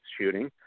shooting